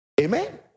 Amen